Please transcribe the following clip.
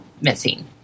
missing